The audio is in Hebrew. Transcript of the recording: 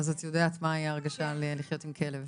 אז את יודעת מה ההרגשה לחיות עם כלב.